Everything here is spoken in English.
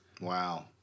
Wow